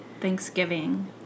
Thanksgiving